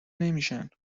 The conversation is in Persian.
نمیشن